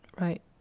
right